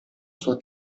sua